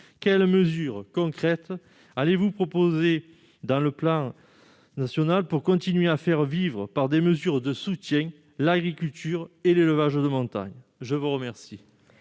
quelles mesures concrètes allez-vous proposer dans le plan stratégique national pour continuer de faire vivre, par des mesures de soutien, l'agriculture et l'élevage de montagne ? La parole